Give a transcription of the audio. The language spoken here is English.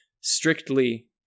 strictly